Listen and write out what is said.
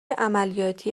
عملیاتی